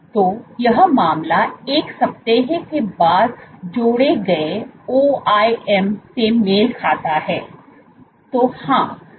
तो यह मामला 1 सप्ताह के बाद जोड़े गए OIM से मेल खाता है